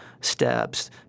steps